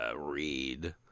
read